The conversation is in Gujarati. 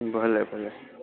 ભલે ભલે